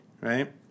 right